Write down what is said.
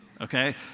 Okay